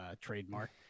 trademark